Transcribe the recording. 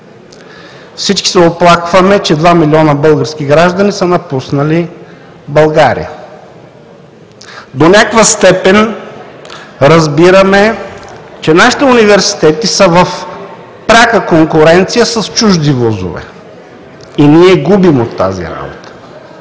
всички се оплакваме, че два милиона български граждани са напуснали България. До някаква степен разбираме, че нашите университети са в пряка конкуренция с чужди вузове и ние губим от тази работа.